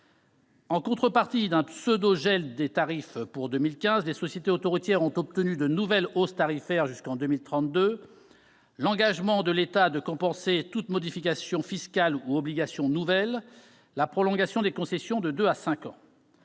En contrepartie d'un pseudo-gel des tarifs pour 2015, les sociétés autoroutières ont obtenu de nouvelles hausses tarifaires jusqu'en 2032, l'engagement de l'État de compenser toute modification fiscale ou obligation nouvelle, la prolongation des concessions de deux à cinq ans.